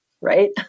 right